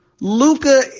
Luca